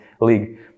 league